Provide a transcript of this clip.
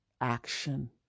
action